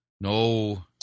no